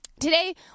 Today